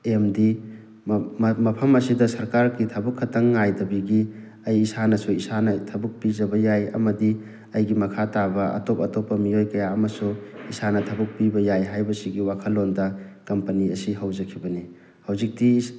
MD ꯃꯐꯝ ꯑꯁꯤꯗ ꯁꯔꯀꯥꯔꯒꯤ ꯊꯕꯛ ꯈꯛꯇꯪ ꯉꯥꯏꯗꯕꯤꯒꯤ ꯑꯩ ꯏꯁꯥꯅꯁꯨ ꯏꯁꯥꯅ ꯊꯕꯛ ꯄꯤꯖꯕ ꯌꯥꯏ ꯑꯃꯗꯤ ꯑꯩꯒꯤ ꯃꯈꯥ ꯇꯥꯕ ꯑꯇꯣꯞ ꯑꯇꯣꯞꯄ ꯃꯤꯑꯣꯏ ꯀꯌꯥ ꯑꯃꯁꯨ ꯏꯁꯥꯅ ꯊꯕꯛ ꯄꯤꯕ ꯌꯥꯏ ꯍꯥꯏꯕꯁꯤꯒꯤ ꯋꯥꯈꯜꯂꯣꯟꯗ ꯀꯝꯄꯅꯤ ꯑꯁꯤ ꯍꯧꯖꯈꯤꯕꯅꯤ ꯍꯧꯖꯤꯛꯇꯤ